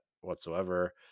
whatsoever